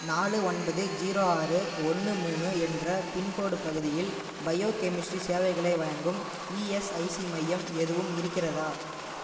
நாலு ஒன்பது ஜீரோ ஆறு ஒன்று மூணு என்ற பின்கோட் பகுதியில் பயோகெமிஸ்ட்ரி சேவைகளை வழங்கும் இஎஸ்ஐசி மையம் எதுவும் இருக்கிறதா